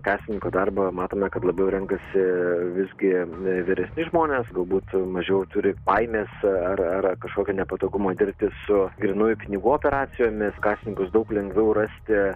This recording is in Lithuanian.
kasininko darbą matome kad labiau renkasi visgi vyresni žmonės galbūt mažiau turi baimės ar ar kažkokio nepatogumo dirbti su grynųjų pinigų operacijomis kasininkus daug lengviau rasti